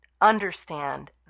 understand